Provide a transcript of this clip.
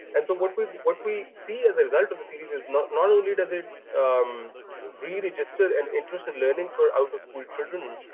and so what we what we see as a result of the series is not not only does um really just stir an interest in learning for out of school children,